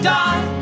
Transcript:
die